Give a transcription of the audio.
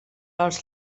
els